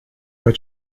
but